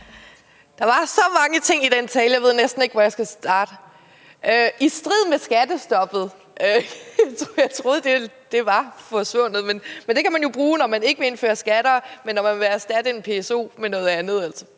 Der var så mange ting i den tale, at jeg næsten ikke ved, hvor jeg skal starte. Der blev sagt, at det er i strid med skattestoppet. Jeg troede, det var forsvundet, men det kan man jo bruge, når man ikke vil indføre skatter, men når man vil erstatte en PSO med noget andet,